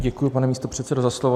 Děkuji, pane místopředsedo, za slovo.